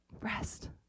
Rest